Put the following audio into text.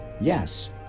yes